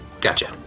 Gotcha